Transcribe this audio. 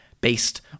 based